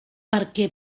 perquè